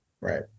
Right